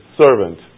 servant